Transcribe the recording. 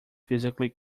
physically